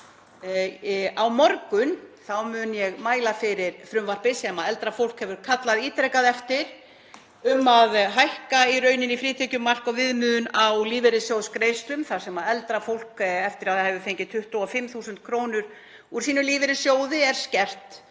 Á morgun mun ég mæla fyrir frumvarpi sem eldra fólk hefur kallað ítrekað eftir, um að hækka í rauninni frítekjumark og viðmiðun á lífeyrissjóðsgreiðslum þar sem eldra fólk, eftir að það hefur fengið 25.000 kr. úr sínum lífeyrissjóði, er skert